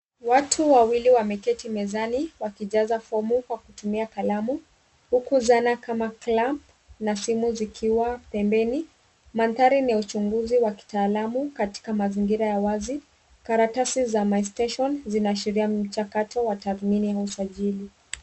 Watu wawili wameketi mezani wakijaza fomu kwa kutumia kalamu, huku zana kama kalamu na simu zikiwa pembeni, manthari ni uchunguzi wa kitaalamu katika mazingira ya wazi, karatasi za my station zinaashiria mchakacho wa tathmini wa usajili.